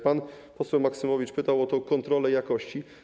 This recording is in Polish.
Pan poseł Maksymowicz pytał o kontrolę jakości.